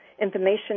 information